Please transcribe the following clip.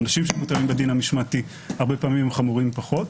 העונשים שמוטלים בדין המשמעתי הרבה פעמים הם חמורים פחות.